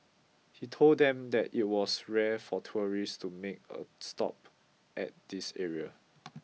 he told them that it was rare for tourists to make a stop at this area